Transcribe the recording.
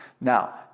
Now